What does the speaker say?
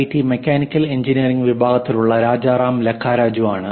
T mechanical engineering വിഭാഗത്തിൽ നിന്നുള്ള രാജരാം ലക്കരാജു ആണ്